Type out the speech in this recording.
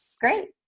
great